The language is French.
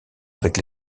avec